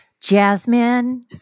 Jasmine